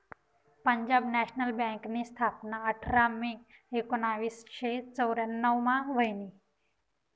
Punjab national बँकनी स्थापना आठरा मे एकोनावीसशे चौर्यान्नव मा व्हयनी